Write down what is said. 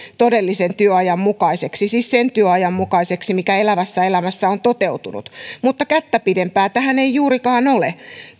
todellisen työajan mukaiseksi siis sen työajan mukaiseksi mikä elävässä elämässä on toteutunut mutta kättä pidempää tähän ei juurikaan ole